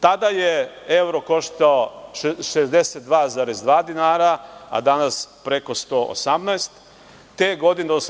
Tada je evro koštao 62,2 dinara, a danas preko 118 dinara.